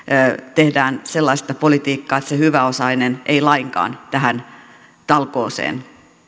tehdään sellaista politiikkaa että se hyväosainen ei lainkaan tähän talkooseen